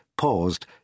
paused